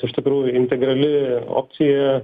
iš tikrųjų imti gali opciją